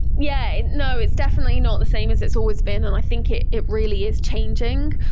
yeah no. it's definitely not the same as it's always been, and i think it it really is changing.